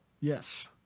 Yes